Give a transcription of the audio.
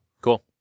Cool